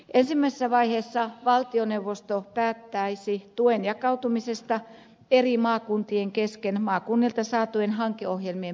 ensimmäisessä vaiheessa valtioneuvosto päättäisi tuen jakautumisesta eri maakuntien kesken maakunnilta saatujen hankeohjelmien perusteella